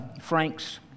Frank's